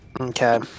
Okay